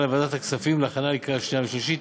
לוועדת הכספים להכנת לקריאה שנייה ושלישית.